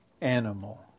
animal